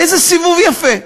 איזה סיבוב יפה.